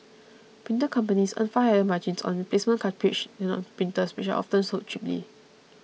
printer companies earn far higher margins on replacement cartridges than on printers which are often sold cheaply